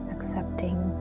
accepting